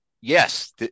yes